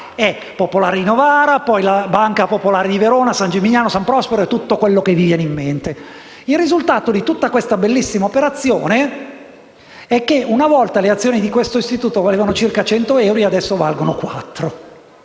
popolare di Novara e da quella di Verona, San Geminiano e San Prospero, e da tutto quello che vi viene in mente. Il risultato di tutta questa bellissima operazione è che una volta le azioni di questo istituto valevano circa cento euro e adesso ne valgono